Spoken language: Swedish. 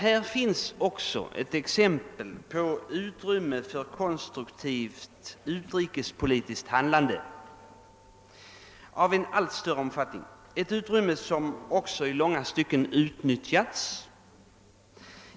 Här finns också utrymme för konstruktivt utrikespolitiskt handlande av allt större omfattning, ett utrymme som också i många fall utnyttjats.